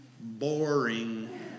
Boring